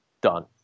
done